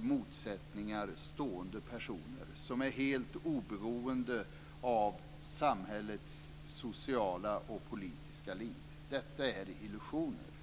motsättningar stående personer som är helt oberoende av samhällets sociala och politiska liv; detta är illusioner.